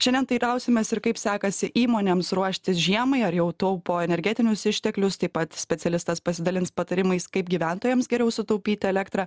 šiandien teirausimės ir kaip sekasi įmonėms ruoštis žiemai ar jau taupo energetinius išteklius taip pat specialistas pasidalins patarimais kaip gyventojams geriau sutaupyti elektrą